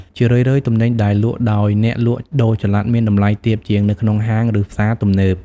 ជារឿយៗ ទំនិញដែលលក់ដោយអ្នកលក់ដូរចល័តមានតម្លៃទាបជាងនៅក្នុងហាង ឬផ្សារទំនើប។